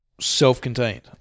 self-contained